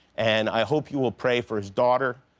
and i hope you will pray for his daughter,